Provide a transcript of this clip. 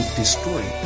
destroy